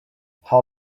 how